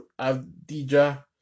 Adija